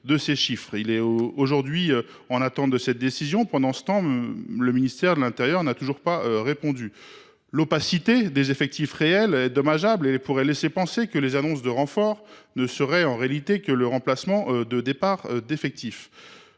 ces chiffres. Il est aujourd’hui en attente de cette décision. Pendant ce temps, le ministère n’a toujours pas répondu. L’opacité des effectifs réels est dommageable et pourrait laisser penser que les annonces de renforts ne seraient en réalité que le remplacement de départs. Cette